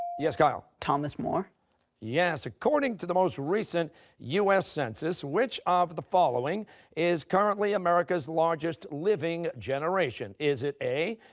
yes, kyle? thomas more. costa yes. according to the most recent u s. census, which of the following is currently america's largest living generation? is it a,